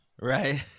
right